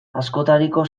askotariko